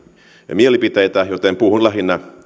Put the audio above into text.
mielipiteitä joten puhun nyt lähinnä